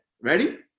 Ready